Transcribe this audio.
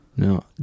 No